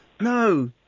no